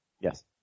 Yes